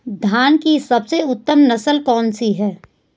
धान की सबसे उत्तम नस्ल कौन सी है?